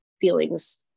feelings